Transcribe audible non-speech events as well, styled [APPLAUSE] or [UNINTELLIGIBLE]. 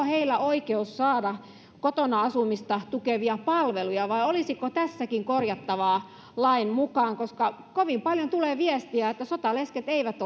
[UNINTELLIGIBLE] heillä oikeus saada kotona asumista tukevia palveluja vai olisiko tässäkin korjattavaa lain mukaan koska kovin paljon tulee viestiä että sotalesket eivät [UNINTELLIGIBLE]